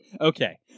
Okay